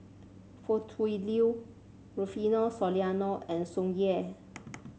Foo Tui Liew Rufino Soliano and Tsung Yeh